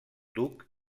duc